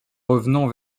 revenant